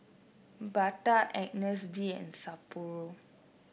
Bata Agnes B and Sapporo